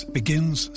begins